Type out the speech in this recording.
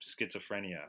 schizophrenia